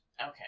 Okay